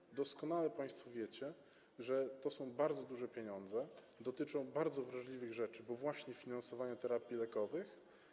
I doskonale państwo wiecie, że to są bardzo duże pieniądze, dotyczą bardzo wrażliwych rzeczy, bo właśnie finansowania terapii lekowych.